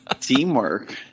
teamwork